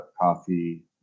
coffee